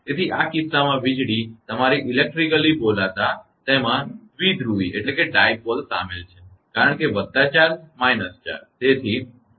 તેથી આ કિસ્સામાં વીજળી તમારી ઇલેક્ટ્રિકલી બોલતા આમાં દ્વિધ્રુવીડાઇપોલ શામેલ છે કારણ કે વત્તા ચાર્જ માઇનસ ચાર્જ